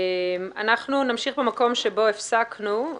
אנחנו נמשיך במקום בו הפסקנו.